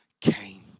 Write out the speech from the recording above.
came